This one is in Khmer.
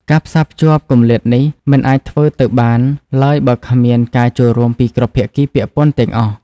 ការផ្សារភ្ជាប់គម្លាតនេះមិនអាចធ្វើទៅបានឡើយបើគ្មានការចូលរួមពីគ្រប់ភាគីពាក់ព័ន្ធទាំងអស់។